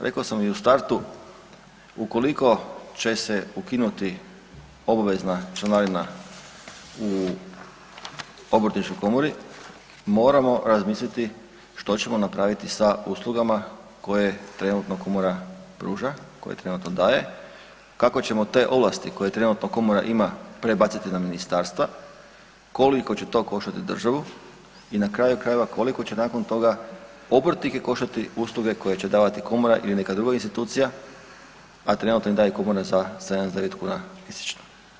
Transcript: Rekao sam i u startu, ukoliko će se ukinuti obavezna članarina u Obrtničkoj komori, moramo razmisliti što ćemo napraviti sa uslugama koje trenutno Komora pruža, koje trenutno daje, kako ćemo te ovlasti koje trenutno Komora ima, prebaciti na ministarstva, koliko će to koštati državu i na kraju krajeva, koliko će nakon toga obrtnike koštati usluge koje će davati Komora ili neka druga institucija, a trenutno im daje Komora za 79 kuna mjesečno.